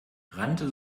rannte